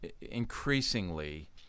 increasingly